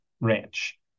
ranch